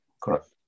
Correct